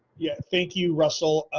yeah, thank you, russell.